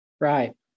Right